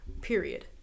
period